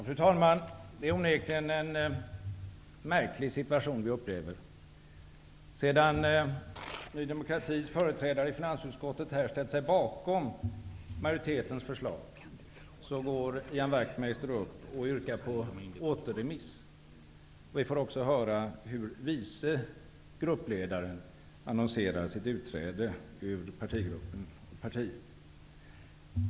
Fru talman! Det är onekligen en märklig situation vi upplever. Sedan Ny demokratis företrädare i finansutskottet här ställt sig bakom majoritetens förslag, går Ian Wachtmeister upp och yrkar på återremiss. Vi får också höra hur vice gruppledaren annonserar sitt utträde ur partigruppen och ur partiet.